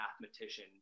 mathematician